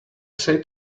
say